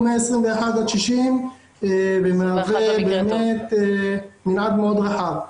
הוא מגיל 21 עד 60 ואכן זה מנעד מאוד רחב.